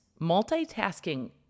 multitasking